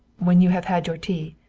when you have had your tea.